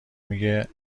میگه